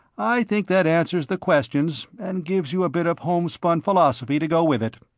i think that answers the questions and gives you a bit of homespun philosophy to go with it.